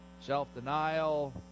self-denial